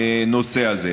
בנושא הזה.